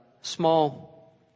small